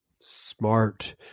Smart